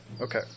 Okay